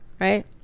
right